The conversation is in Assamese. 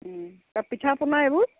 পিঠা পনা এইবোৰ